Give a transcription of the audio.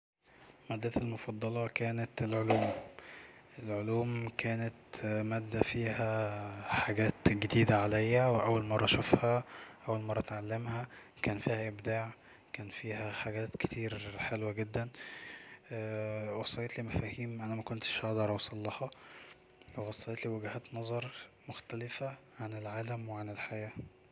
مادتي المفضلة كانت هي العلوم العلوم كانت فيها حاجات جديدة عليا واول مرة اشوفها اول مرة تتعلمها كان فيها ابداع كان فيها حاجات كتير حلوة جدا وصلتلي مفاهيم أنا مكنتش هقدر اوصلها وصلتلي وجهات نظر مختلفة عن العالم وعن الحياة